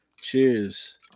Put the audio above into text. Cheers